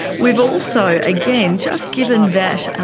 we've also, again, just given that